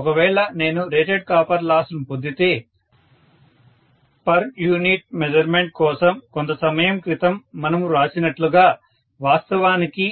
ఒకవేళ నేను rated copper loss ను పొందితే పర్ యూనిట్ మెజర్మెంట్ కోసం కొంత సమయం క్రితం మనము వ్రాసినట్లుగా వాస్తవానికి